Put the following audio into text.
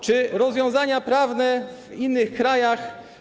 Czy są rozwiązania prawne w innych krajach?